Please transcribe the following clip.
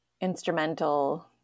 instrumental